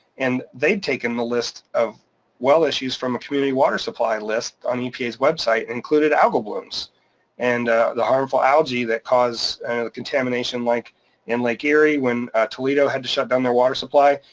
and they'd taken the list of well issues from a community water supply list on epa's website included algal blooms and the harmful algae that cause contaminations like in lake erie when toledo had to shut down their water supply.